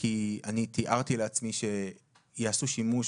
כי אני תיארתי לעצמי שיעשו שימוש